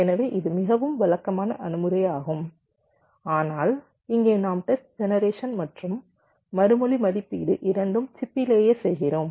எனவே இது மிகவும் வழக்கமான அணுகுமுறையாகும் ஆனால் இங்கே நம் டெஸ்ட் ஜெனரேஷன் மற்றும் மறுமொழி மதிப்பீடு இரண்டும் சிப்பிலேயே செய்கிறோம்